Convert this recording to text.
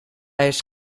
eens